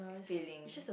feeling